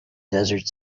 desert